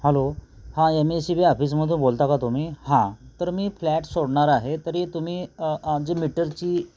hello हां M S C B ऑफिसमधून बोलता का तुम्ही हां तर मी फ्लॅट सोडणार आहे तरी तुम्ही जी मीटरची